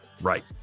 right